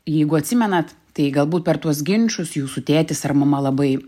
jeigu atsimenat tai galbūt per tuos ginčus jūsų tėtis ar mama labai